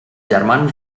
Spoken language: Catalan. germans